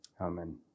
Amen